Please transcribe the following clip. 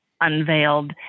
unveiled